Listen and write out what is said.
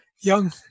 young